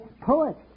poet